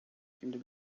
seemed